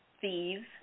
thieves